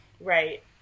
Right